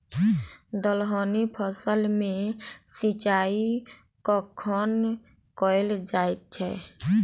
दलहनी फसल मे सिंचाई कखन कैल जाय छै?